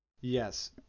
Yes